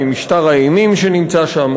ממשטר האימים שנמצא שם,